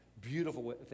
beautiful